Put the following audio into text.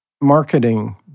marketing